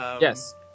Yes